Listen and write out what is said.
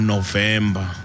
November